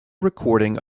recording